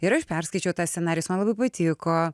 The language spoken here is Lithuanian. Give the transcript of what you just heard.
ir aš perskaičiau tą scenarijų jis man labai patiko